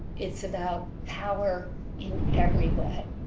it's about power in every way.